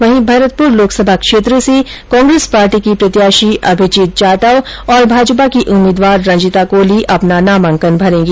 वहीं भरतप्र लोकसभा क्षेत्र से कांग्रेस पार्टी के प्रत्याशी अभिजीत जाटव और भाजपा की उम्मीदवार रंजीता कोली अपना नामांकन पत्र भरेंगी